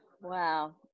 Wow